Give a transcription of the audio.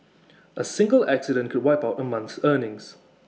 A single accident could wipe out A month's earnings